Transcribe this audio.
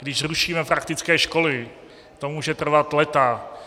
Když zrušíme praktické školy, to může trvat léta.